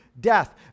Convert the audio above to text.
death